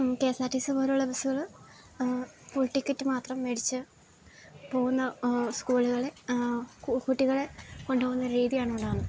K S R T C പോലെയുള്ള ബസ്സുകൾ full ticket മാത്രം മേടിച്ചു പോകുന്ന സ്കൂളുകളെ കുട്ടികളെ കൊണ്ടുപോകുന്ന രീതിയാണ് ഉണ്ടാകുന്നത്